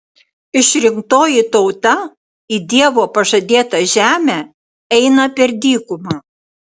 išrinktoji tauta į dievo pažadėtą žemę eina per dykumą